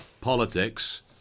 politics